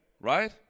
right